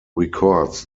records